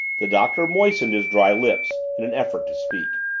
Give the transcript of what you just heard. the doctor moistened his dry lips in an effort to speak.